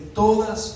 todas